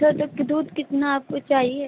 sir तो दूध कितना आपको चाहिए